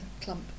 clump